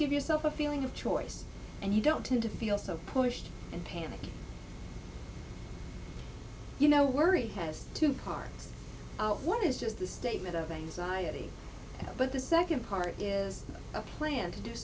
give yourself a feeling of choice and you don't tend to feel so pushed and panicky you know worry has two parts one is just the statement of anxiety but the second part is a plan to do